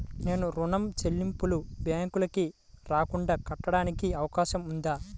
నేను ఋణం చెల్లింపులు బ్యాంకుకి రాకుండా కట్టడానికి అవకాశం ఉందా?